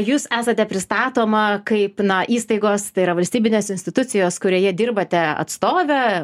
jūs esate pristatoma kaip na įstaigos tai yra valstybinės institucijos kurioje dirbate atstove